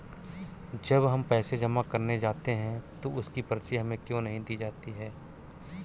जब हम पैसे जमा करने जाते हैं तो उसकी पर्ची हमें क्यो नहीं दी जाती है?